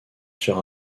sur